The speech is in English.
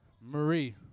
Marie